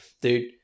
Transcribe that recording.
Dude